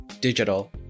digital